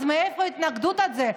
אז מאיפה ההתנגדות הזאת,